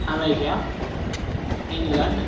America England